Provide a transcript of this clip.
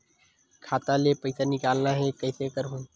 खाता ले पईसा निकालना हे, कइसे करहूं?